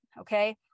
okay